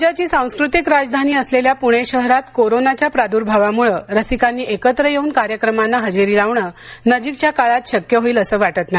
राज्याची सांस्क्रतिक राजधानी असलेल्या प्णे शहरात कोरोनाच्या प्रादुर्भावामुळं रसिकांनी एकत्र येऊन कार्यक्रमांना हजेरी लावणं नजीकच्या काळात शक्य होईल असं वाटत नाही